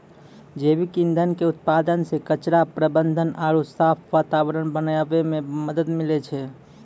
जैविक ईंधन के उत्पादन से कचरा प्रबंधन आरु साफ वातावरण बनाबै मे मदत मिलै छै